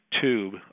tube